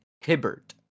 Hibbert